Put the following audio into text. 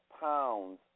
pounds